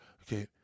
Okay